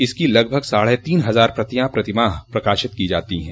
इसकी लगभग साढ़े तीन हजार प्रतियां प्रतिमाह प्रकाशित की जाती हैं